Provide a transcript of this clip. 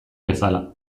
bezala